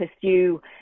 pursue